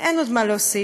אין עוד משהו להוסיף.